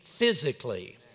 Physically